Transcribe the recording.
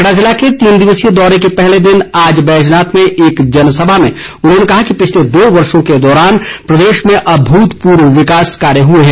कांगड़ा जिले के तीन दिवसीय दौरे के पहले दिन आज बैजनाथ में एक जनसभा में उन्होंने कहा कि पिछले दो वर्षो के दौरान प्रदेश में अभूतपूर्व विकास कार्य हुए हैं